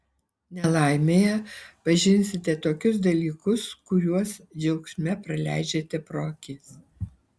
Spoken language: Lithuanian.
nelaimėje pažinsite tokius dalykus kuriuos džiaugsme praleidžiate pro akis